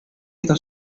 hasta